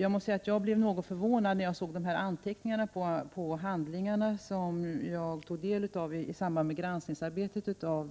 Jag måste säga att jag blev något förvånad när jag såg anteckningar på de handlingar som jag tog del av i samband med arbetet med granskningen av